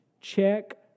check